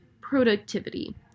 productivity